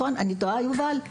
אני טועה, יובל?